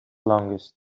longest